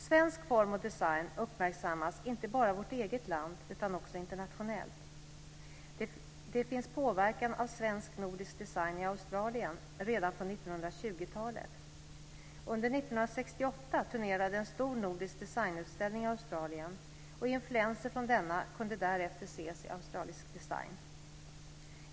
Svensk form och design uppmärksammas inte bara i vårt eget land utan också internationellt. Det finns påverkan av svensk och nordisk design i Australien redan från 1920-talet. Under 1968 turnerade en stor nordisk designutställning i Australien, och influenser från denna kunde därefter ses i australisk design.